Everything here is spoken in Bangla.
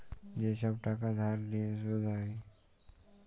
যে ছব টাকা ধার লিঁয়ে সুদ হ্যয়